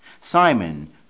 Simon